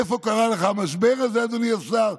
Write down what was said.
איפה קרה לך המשבר הזה, אדוני השר?